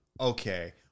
Okay